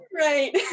Right